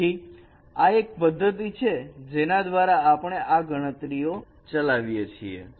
તેથી આ એક પદ્ધતિ છે જેના દ્વારા આપણે આ ગણતરીઓ ચલાવીએ છીએ